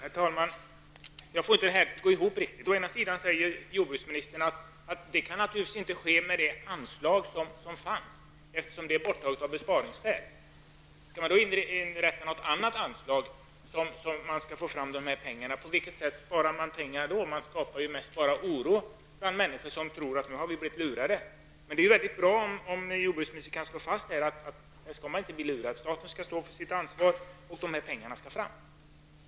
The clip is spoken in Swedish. Herr talman! Jag får inte detta att gå ihop. Jordbruksministern säger att detta naturligtvis inte kan ske med det anslag som faanns, eftersom det av besparingsskäl nu är borttaget. Skall något annat anslag inrättas för att man skall få fram dessa pengar? På vilket sätt spar man då pengar? Man skapar ju mest bara oro bland människor som tror att de har blivit lurade. Men det är naturligtvis bra om jordbruksministern kan slå fast att dessa människor inte skall bli lurade, att staten skall stå för sitt ansvar och att dessa pengar tas fram.